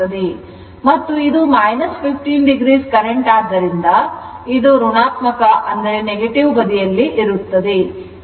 ಮತ್ತು ಇದು 15o current ಆದ್ದರಿಂದ ಇದು ಋಣಾತ್ಮಕ ಬದಿಯಲ್ಲಿರುತ್ತದೆ